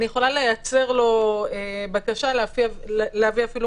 אני יכולה לייצר לו בקשה להביא אפילו